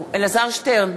שטרן,